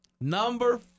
number